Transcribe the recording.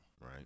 Right